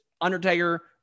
Undertaker